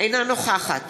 אינה נוכחת